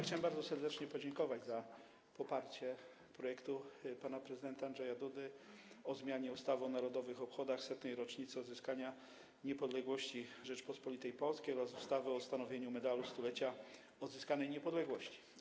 Chciałem bardzo serdecznie podziękować za poparcie projektu pana prezydenta Andrzeja Dudy o zmianie ustawy o Narodowych Obchodach Setnej Rocznicy Odzyskania Niepodległości Rzeczypospolitej Polskiej oraz ustawy o ustanowieniu Medalu Stulecia Odzyskanej Niepodległości.